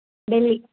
Delhi